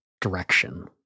direction